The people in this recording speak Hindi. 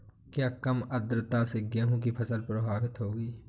क्या कम आर्द्रता से गेहूँ की फसल प्रभावित होगी?